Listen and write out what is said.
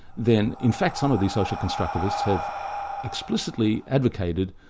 then in fact some of the social constructivists have explicitly advocated,